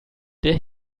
der